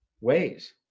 ways